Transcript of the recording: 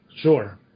Sure